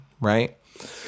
right